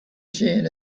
seen